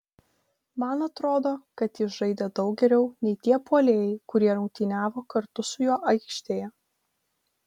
man atrodo kad jis žaidė daug geriau nei tie puolėjai kurie rungtyniavo kartu su juo aikštėje